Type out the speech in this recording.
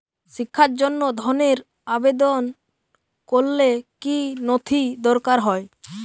শিক্ষার জন্য ধনের আবেদন করলে কী নথি দরকার হয়?